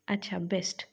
अच्छा बेस्ट